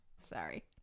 Sorry